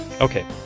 Okay